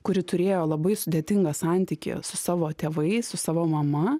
kuri turėjo labai sudėtingą santykį su savo tėvais su savo mama